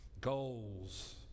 goals